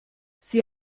sie